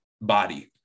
body